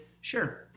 Sure